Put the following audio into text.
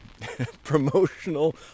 promotional